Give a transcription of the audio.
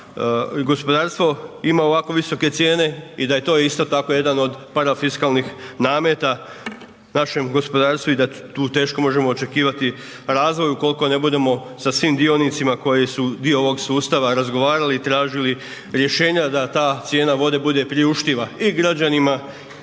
da gospodarstvo ima ovako visoke cijene i da je to isto tako jedan od parafiskalnih nameta našem gospodarstvu i da tu teško možemo očekivati razvoj ukoliko ne budemo sa svim dionicima koji su dio ovog sustava razgovarali i tražili rješenja da ta cijena vode bude priuštiva i građanima